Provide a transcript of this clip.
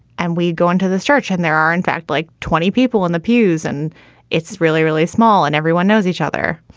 and we go into this church and there are in fact, like twenty people in the pews. and it's really, really small and everyone knows each other.